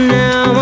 now